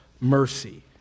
mercy